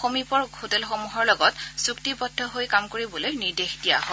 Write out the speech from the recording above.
সমীপৰ হোটেলসমূহৰ লগত চুক্তিবদ্ধ হৈ কাম কৰিবলৈ নিৰ্দেশ দিয়া হয়